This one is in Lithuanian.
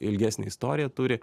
ilgesnę istoriją turi